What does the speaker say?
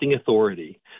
authority